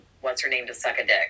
What's-Her-Name-To-Suck-A-Dick